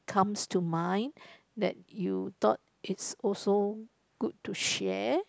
comes to mind that you thought it's also good to share